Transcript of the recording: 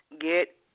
get